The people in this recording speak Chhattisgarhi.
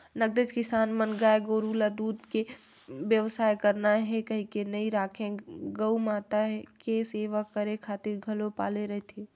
नगदेच किसान मन गाय गोरु ल दूद के बेवसाय करना हे कहिके नइ राखे गउ माता के सेवा करे खातिर घलोक पाले रहिथे